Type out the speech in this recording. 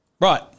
Right